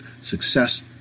success